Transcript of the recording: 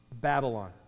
Babylon